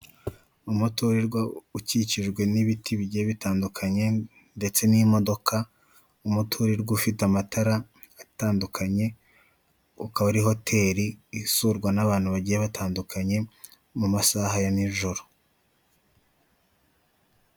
Umutorirwa ukikijwe n'ibiti bijye bitandukanye ndetse n'imodoka, umuturirwa ufite amatara atandukanye ukaba ari hoteli isurwa n'abantu bagiye batandukanye mu masaha ya n'ijoro.